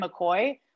McCoy